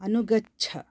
अनुगच्छ